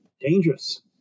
dangerous